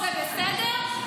זה בסדר?